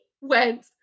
went